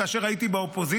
כאשר הייתי באופוזיציה,